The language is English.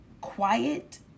quiet